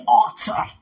altar